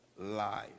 life